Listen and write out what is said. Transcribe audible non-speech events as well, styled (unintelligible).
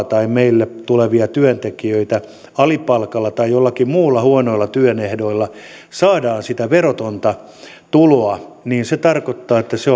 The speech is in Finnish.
(unintelligible) tai meille tulevia työntekijöitä on alipalkalla tai joillakin muilla huonoilla työn ehdoilla ja saadaan sitä verotonta tuloa ja se tarkoittaa että se (unintelligible)